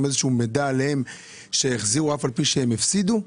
איזשהו מידע עליהם שהחזירו אף על פי שהם הפסידו?